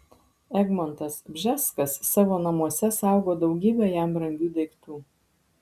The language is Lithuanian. egmontas bžeskas savo namuose saugo daugybę jam brangių daiktų